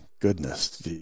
goodness